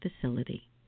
facility